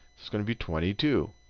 it's going to be twenty two.